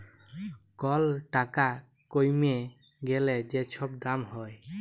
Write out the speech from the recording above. call টাকা কইমে গ্যালে যে ছব দাম হ্যয়